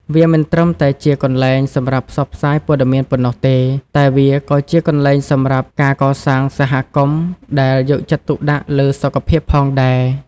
វាមិនត្រឹមតែជាកន្លែងសម្រាប់ផ្សព្វផ្សាយព័ត៌មានប៉ុណ្ណោះទេ តែវាក៏ជាកន្លែងសម្រាប់ការកសាងសហគមន៍ដែលយកចិត្តទុកដាក់លើសុខភាពផងដែរ។